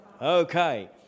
Okay